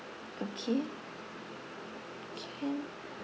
okay can